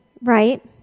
right